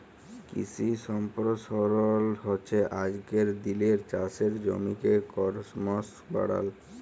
কিশি সম্পরসারল হচ্যে আজকের দিলের চাষের জমিকে করমশ বাড়াল